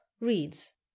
reads